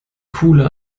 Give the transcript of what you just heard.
cooler